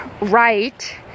right